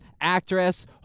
actress